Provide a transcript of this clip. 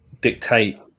dictate